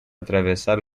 atravessar